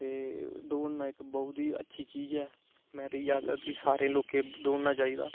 दौडना इक बहुत ही अच्छी चीज ऐ में ते इयै आक्खगा कि सारे लोकें दौड़ना चाहिदा